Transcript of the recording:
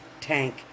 tank